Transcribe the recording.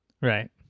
Right